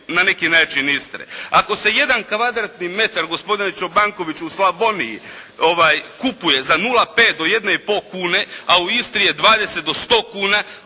na neki način Istre. Ako se jedan kvadratni metar gospodine Čobankoviću, u Slavoniji kupuje za 0,5 do 1,5 kune, a u Istri je 20 do 100 kuna,